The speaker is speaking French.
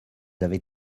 avez